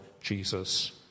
Jesus